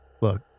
look